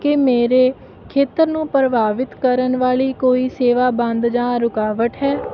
ਕਿ ਮੇਰੇ ਖੰਤਰ ਨੂੰ ਪ੍ਰਭਾਵਿਤ ਕਰਨ ਵਾਲੀ ਕੋਈ ਸੇਵਾ ਬੰਦ ਜਾਂ ਰੁਕਾਵਟ ਹੈ